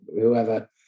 whoever